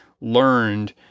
learned